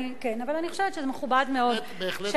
כן, אבל אני חושבת שזה מכובד מאוד, בהחלט, בהחלט.